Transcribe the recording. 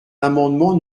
l’amendement